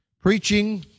preaching